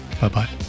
Bye-bye